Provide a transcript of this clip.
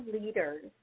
leaders